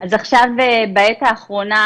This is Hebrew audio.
אז בעת האחרונה